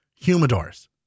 Humidors